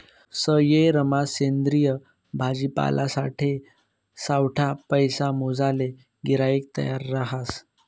सयेरमा सेंद्रिय भाजीपालासाठे सावठा पैसा मोजाले गिराईक तयार रहास